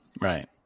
Right